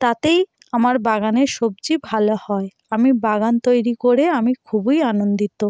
তাতেই আমার বাগানের সবজি ভালো হয় আমি বাগান তৈরী করে আমি খুবই আনন্দিত